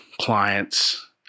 clients